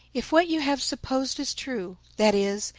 if what you have supposed is true that is,